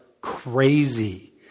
crazy